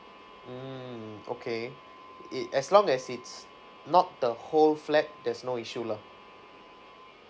mm okay it as long as it's not the whole flat that's no issue lah